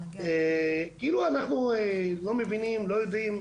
כאילו ואנחנו לא מבינים, לא יודעים,